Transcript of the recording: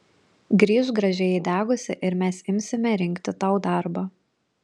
grįžk gražiai įdegusi ir mes imsime rinkti tau darbą